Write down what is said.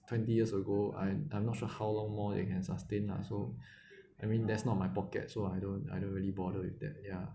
twenty years ago I'm I'm not sure how long more they can sustain lah so I mean that's not my pocket so I don't I don't really bother with that ya